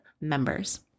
members